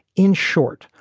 in short,